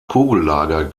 kugellager